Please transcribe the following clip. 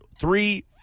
three